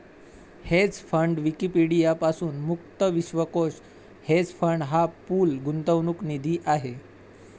hedge fund Wikipedia पासून मुक्त विश्वकोश हेज फंड हा पूल गुंतवणूक निधी आहे